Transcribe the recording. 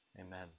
amen